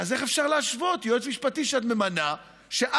אז איך אפשר להשוות ליועץ משפטי שאת ממנה כשרה,